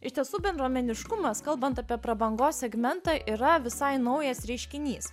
iš tiesų bendruomeniškumas kalbant apie prabangos segmentą yra visai naujas reiškinys